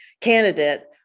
candidate